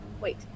Wait